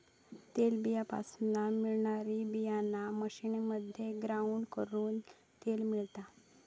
तेलबीयापासना मिळणारी बीयाणा मशीनमध्ये ग्राउंड करून तेल मिळता